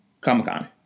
Comic-Con